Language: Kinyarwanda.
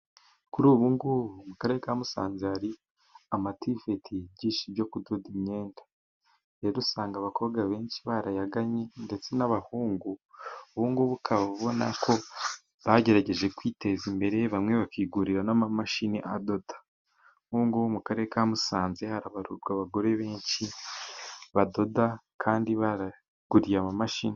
Kuri ubu ngubu mu Karere ka Musanze hari ama tiveti yigisha ibyo kudoda imyenda. Rero dusanga abakobwa benshi barayaganye ndetse n'abahungu. ubu ngubu ukaba ubona ko bagerageje kwiteza imbere. Bamwe bakigurira n'amamashini adoda. Nk'ubu ngubu mu Karere ka Musanze harabarurwa abagore benshi badoda kandi bariguriye amamashini.